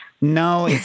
No